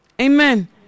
Amen